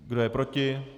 Kdo je proti?